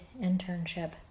internship